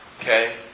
Okay